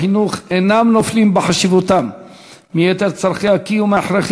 מחנך היה שם נרדף לאדם שיחד עם ההורים